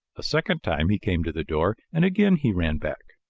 a second time he came to the door and again he ran back.